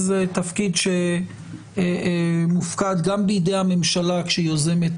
זה תפקיד שמופקד גם בידי הממשלה כשהיא יוזמת